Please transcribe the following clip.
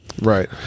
Right